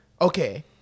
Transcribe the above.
okay